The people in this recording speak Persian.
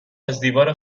ازدیوار